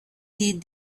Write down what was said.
heed